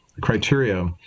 criteria